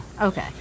Okay